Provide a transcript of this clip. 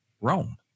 Rome